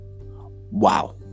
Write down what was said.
wow